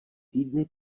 týdny